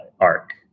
arc